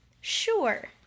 sure